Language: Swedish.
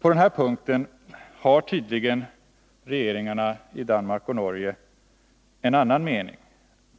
På den punkten har tydligen regeringarna i Danmark och Norge en annan mening.